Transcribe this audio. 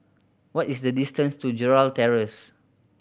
what is the distance to Gerald Terrace